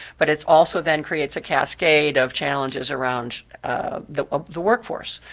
but it's also then creates a cascade of challenges around the the workforce.